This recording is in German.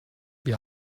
wir